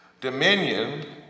Dominion